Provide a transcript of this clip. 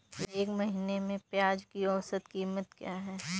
इस महीने में प्याज की औसत कीमत क्या है?